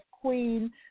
Queen